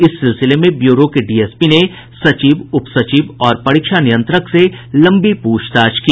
इस सिलसिले में ब्यूरो के डीएसपी ने सचिव उपसचिव और परीक्षा नियंत्रक से लंबी प्रछताछ की